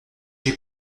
j’ai